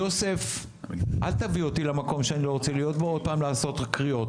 יוסף אל תביא אותי למקום שאני לא רוצה להיות בו עוד פעם לעשות קריאות,